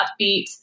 upbeat